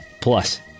plus